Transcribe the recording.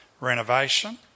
renovation